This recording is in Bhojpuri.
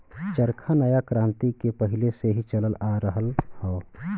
चरखा नया क्रांति के पहिले से ही चलल आ रहल हौ